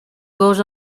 goes